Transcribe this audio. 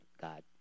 God